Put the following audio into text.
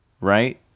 right